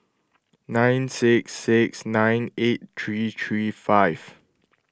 nine six six nine eight three three five